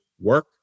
work